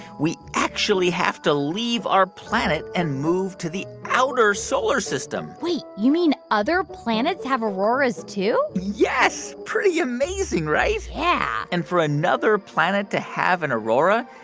we actually have to leave our planet and move to the outer solar system wait. you mean other planets have auroras, too? yes. pretty amazing, right? yeah and for another planet to have an aurora,